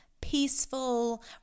peaceful